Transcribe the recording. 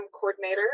coordinator